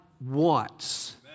wants